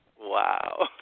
Wow